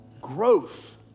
growth